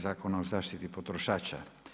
Zakona o zaštiti potrošača.